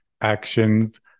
actions